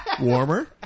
Warmer